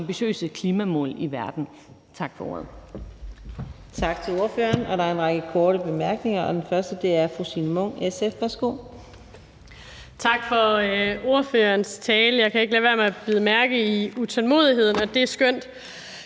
ambitiøse klimamål i verden.